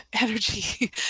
energy